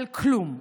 על כלום.